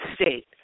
state